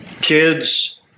Kids